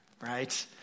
right